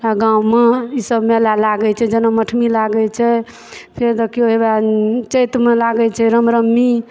आओर गाँवमे ईसब मेला लागय छै जनम अठमी लागय छै फेर देखियौ हेउ अइ चैतमे लागय छै राम नवमी